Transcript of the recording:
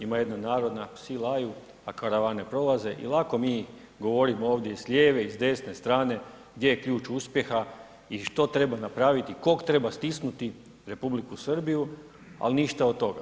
Ima jedna narodna, psi laju, a karavane prolaze i lako mi govorimo ovdje i s lijeve i desne strane gdje je ključ uspjeha i što treba napraviti, kog treba stisnuti, R. Srbiju, ali ništa od toga.